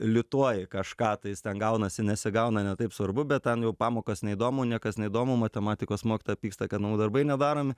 lituoji kažką tais ten gaunasi nesigauna ne taip svarbu bet ten jau pamokos neįdomu niekas neįdomu matematikos mokytoja pyksta kad namų darbai nedaromi